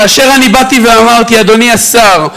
כאשר אני באתי ואמרתי: אדוני השר,